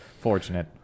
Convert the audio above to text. fortunate